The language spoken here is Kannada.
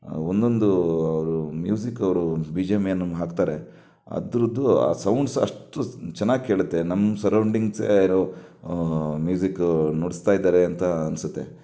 ಒಂದೊಂದು ಅವರು ಮ್ಯೂಸಿಕ್ ಅವರು ಬಿ ಜಿ ಎಮ್ ಏನು ಹಾಕ್ತಾರೆ ಅದರದ್ದು ಆ ಸೌಂಡ್ಸ್ ಅಷ್ಟು ಚೆನ್ನಾಗಿ ಕೇಳುತ್ತೆ ನಮ್ಮ ಸರೌಂಡಿಂಗ್ಸೇ ಯಾರೋ ಮ್ಯೂಸಿಕ್ ನುಡಿಸ್ತಾ ಇದ್ದಾರೆ ಅಂತ ಅನ್ನಿಸುತ್ತೆ